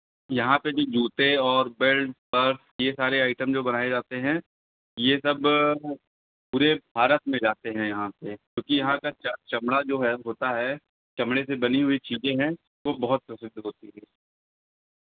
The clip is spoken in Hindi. यहाँ पे जो जूते और बेल्ट पर्स ये सारे आइटम जो बनाए जाते हैं ये सब पूरे भारत में जाते हैं यहाँ से क्योंकि यहाँ का चमड़ा जो है होता है चमड़े से बनी हुई चीज़ें हैं वो बहुत प्रसिद्ध होती हैं